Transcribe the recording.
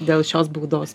dėl šios baudos